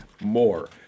more